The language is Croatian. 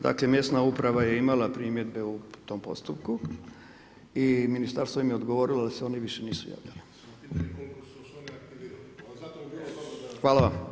Dakle, mjesna uprava je imala primjedbe u tom postupku i ministarstvo im je odgovorili da se oni više nisu javljali. … [[Upadica se ne čuje.]] Hvala vam.